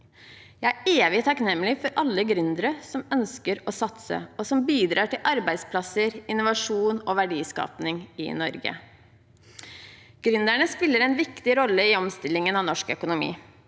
Jeg er evig takknemlig for alle gründere som ønsker å satse og bidrar til arbeidsplasser, innovasjon og verdiskaping i Norge. Gründerne spiller en viktig rolle i omstillingen av norsk økonomi.